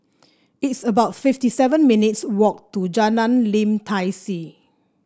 it's about fifty seven minutes' walk to Jalan Lim Tai See